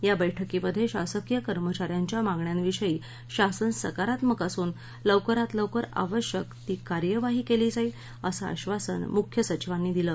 या बैठकीमध्यश्रीसकीय कर्मचाऱ्यांच्या मागण्यांविषयी शासन सकारात्मक असून लवकरात लवकर आवश्यक ती कार्यवाही कळी जाईल अस आश्वासन मुख्य सचिवांनी दिलं